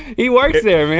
he works there, man!